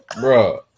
bro